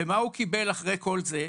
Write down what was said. ומה הוא קיבל אחרי כל זה?